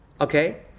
okay